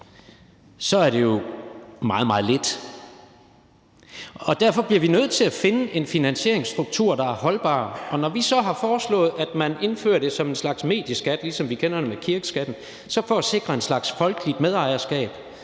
så er det jo meget, meget lidt. Derfor bliver vi nødt til at finde en finansieringsstruktur, der er holdbar. Og når vi så har foreslået, at man indfører det som en slags medieskat, ligesom vi kender det med kirkeskatten, så er det for at sikre en slags folkeligt medejerskab